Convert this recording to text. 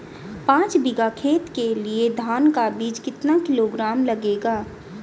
पाँच बीघा खेत के लिये धान का बीज कितना किलोग्राम लगेगा?